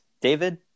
David